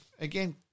again